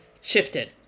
shifted